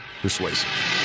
persuasive